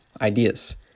ideas